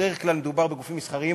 בדרך כלל מדובר בגופים מסחריים,